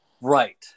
Right